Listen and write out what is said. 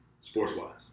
sports-wise